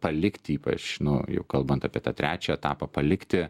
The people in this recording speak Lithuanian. palikti ypač nu jau kalbant apie tą trečią palikti